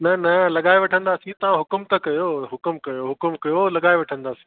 न न लॻाए वठंदासीं तव्हां हुकुम त कयो हुकुमु कयो हुकुमु कयो लॻाए वठंदासीं